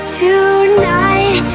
tonight